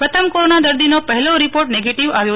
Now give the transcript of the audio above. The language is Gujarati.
પ્રથમ કોરોના દર્દીનો પહેલો રિપોર્ટ નેગેટીવ આવ્યો